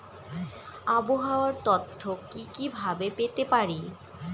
আবহাওয়ার তথ্য কি কি ভাবে পেতে পারি?